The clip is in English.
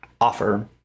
offer